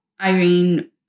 Irene